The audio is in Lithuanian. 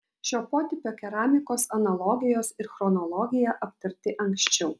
šio potipio keramikos analogijos ir chronologija aptarti anksčiau